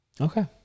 Okay